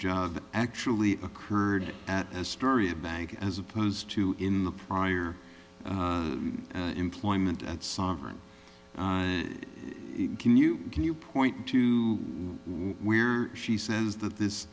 job actually occurred at a story bank as opposed to in the prior employment at sovereign can you can you point to where she says that this